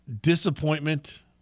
disappointment